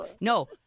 no